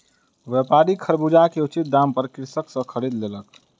व्यापारी खरबूजा के उचित दाम पर कृषक सॅ खरीद लेलक